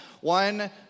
one